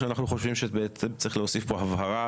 שאנחנו חושבים שבעצם צריך להוסיף פה הבהרה